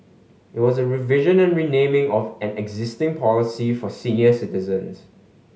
it was a revision and renaming of an existing policy for senior citizens